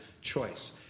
choice